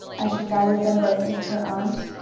as she gathered them both into her arms.